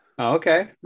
Okay